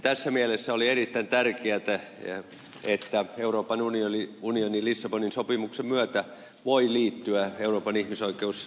tässä mielessä oli erittäin tärkeätä että euroopan unioni lissabonin sopimuksen myötä voi liittyvä euroopan ihmisoikeussopimukseen